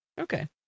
Okay